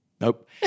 Nope